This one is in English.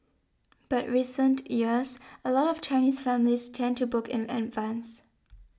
but recent years a lot of Chinese families tend to book in advance